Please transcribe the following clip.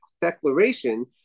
declaration